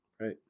Right